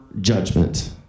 judgment